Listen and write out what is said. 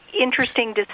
interesting